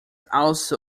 also